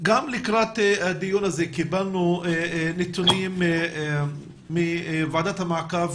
לקראת הדיון הזה קיבלנו נתונים מוועדת המעקב